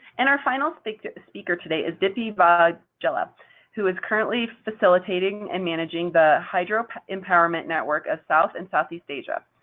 and our final speaker speaker today is dipti but vaghela, who is currently facilitating and managing the hydro empowerment network of south and southeast asia.